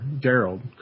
Daryl